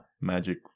magic